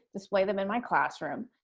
display them in my classroom,